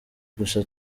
gusa